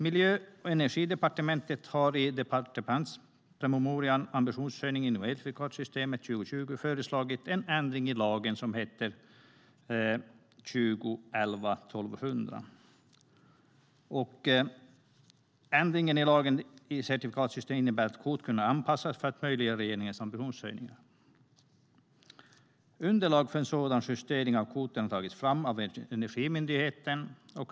Miljö och energidepartementet har i departementspromemorian Amb itionshöjning inom elcertifikats systemet till 2020 föreslagit en ändring i lagen om elcertifikat . Ändringen innebär att kvotkurvan anpassas för att möjliggöra regeringens ambitionshöjning. Underlag för en sådan justering av kvoterna har tagits fram av Energimyndigheten.